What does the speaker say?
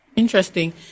interesting